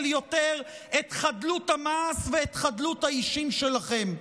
את חדלות המעש ואת חדלות האישים שלכם.